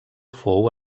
fou